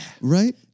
Right